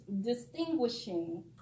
distinguishing